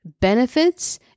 benefits